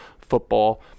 football